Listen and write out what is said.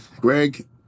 Greg